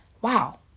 wow